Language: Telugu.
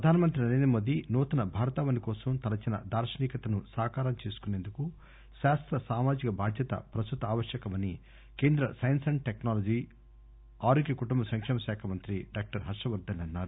ప్రధానమంత్రి నరేంద్రమోదీ నూతన భారతావని కోసం తలచిన దార్పనికతను సాకారం చేసుకుసేందుకు శాస్త సామాజిక బాధ్యత ప్రస్తుత ఆవశ్యకమని కేంద్ర సైన్స్ అండ్ టెక్పాలజీ ఆరోగ్య కుటుంబ సంకేమ శాఖ మంత్రి డాక్టర్ హర్షవర్దస్ అన్నారు